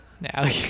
Now